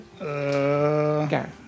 Okay